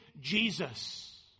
Jesus